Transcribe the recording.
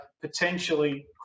potentially